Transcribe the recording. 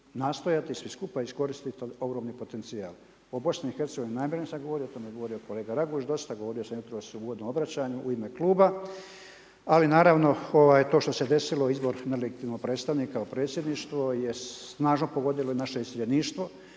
nastojati svi skupa iskoristit ogromni potencijal. O BiH najbolje sam govorio, o tome je govorio kolega Raguž dosta, govorio sam jutros u uvodnom obraćanju u ime kluba, ali naravno to što se desilo izbor .../Govornik se ne razumije./... predstavnika u predsjedništvo je snažno pogodilo naše iseljeništvo,